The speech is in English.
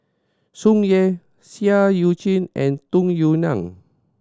Tsung Yeh Seah Eu Chin and Tung Yue Nang